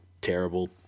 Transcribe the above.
terrible